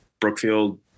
Brookfield